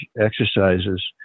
exercises